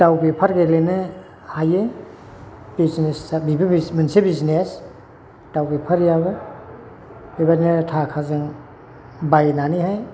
दाउ बेफार गेलेनो हायो बिजनेसआ बेबो मोनसे बिजनेस दाउ बेफारियाबो बेबायदिनो थाखाजों बायनानैहाय